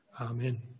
Amen